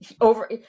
over